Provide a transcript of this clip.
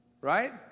Right